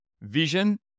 vision